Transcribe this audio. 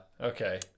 okay